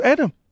Adam